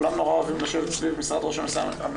כולם נורא אוהבים לשבת סביב משרד ראש הממשלה,